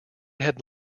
had